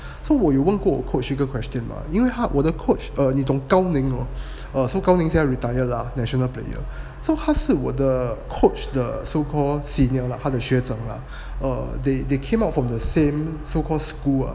so 我也问过 coach 一个 question mah 因为他我的 coach err 你懂高宁 hor so 高宁现在 retire lah national player so 他是我的 coach so 他是我的 coach 的 so called senior lah 他的学长了 err they they came out from the same so called school